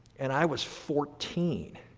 and i was fourteen.